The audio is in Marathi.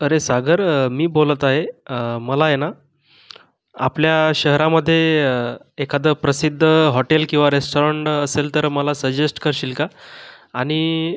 अरे सागर मी बोलत आहे मला आहे ना आपल्या शहरामध्ये एखादं प्रसिद्ध हॉटेल किंवा रेस्टाॅरंट असेल तर मला सजेस्ट करशील का आणि